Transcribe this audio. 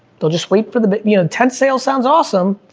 they'll just wait for the, you know, tent sale sounds awesome,